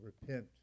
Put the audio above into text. repent